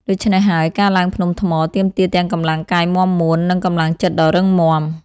ដូច្នេះហើយ ការឡើងភ្នំថ្ម ទាមទារទាំងកម្លាំងកាយមាំមួន និងកម្លាំងចិត្តដ៏រឹងមាំ។